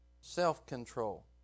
self-control